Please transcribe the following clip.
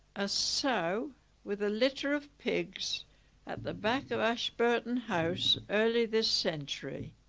a sow with a litter of pigs at the back of ashburton house early this century